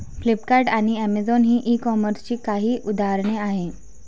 Flipkart आणि Amazon ही e कॉमर्सची काही उदाहरणे आहे